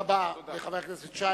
תודה רבה לחבר הכנסת שי.